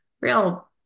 real